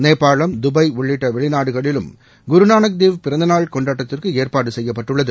நேபாளம் Dubai உள்ளிட்ட வெளிநாடுகளிலும் குருநானக் தேவ் பிறந்தநாள் கொண்டாட்டத்திற்கு ஏற்பாடு செய்யப்பட்டுள்ளது